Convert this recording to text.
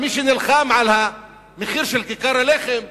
אבל מי שנלחם על מחיר כיכר הלחם,